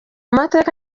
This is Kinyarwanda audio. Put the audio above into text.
mateka